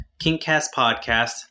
KinkCastPodcast